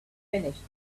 finished